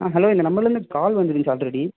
ஆ hello இந்த நம்பரிலருந்து call வந்திருந்துச்சு ஆல்ரெடி